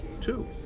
two